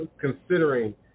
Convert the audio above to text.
considering